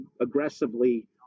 aggressively